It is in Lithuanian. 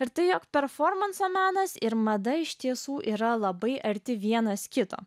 ir tai jog performanso menas ir mada iš tiesų yra labai arti vienas kito